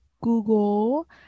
google